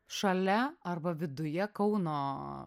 šalia arba viduje kauno